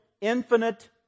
infinite